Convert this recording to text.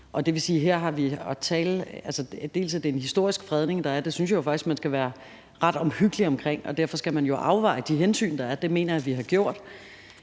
det, der hedder fingerplanen, og der er en historisk fredning. Det synes jeg faktisk man skal være ret omhyggelig omkring, og derfor skal man jo afveje de hensyn, der er. Det mener jeg vi har gjort,